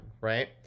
right